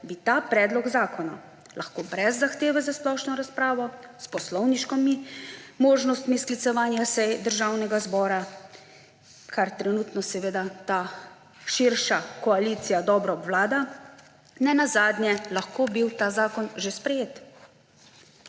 bil ta predlog zakona brez zahteve za splošno razpravo, s poslovniškimi možnostmi sklicevanja sej Državnega zbora, kar trenutno seveda ta širša koalicija dobro obvlada, že sprejet. Kot že rečeno,